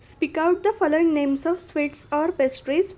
speak our the following names of sweets or pastries